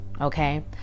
okay